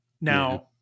Now